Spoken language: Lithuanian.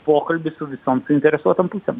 pokalbis su visom su interesuotom pusėm